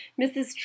Mrs